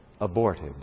aborted